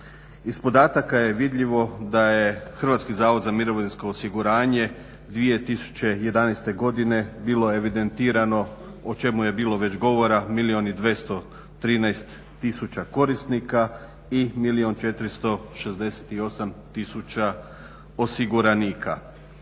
Iz podataka je vidljivo da je Hrvatski zavod za mirovinsko osiguranje 2011. godine bilo evidentirano, o čemu je bilo već govora, milijun i 213 tisuća korisnika i milijun 468 tisuća osiguranika.